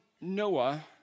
Noah